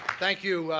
thank you,